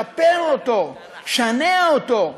שפר אותו, שנה אותו,